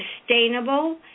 sustainable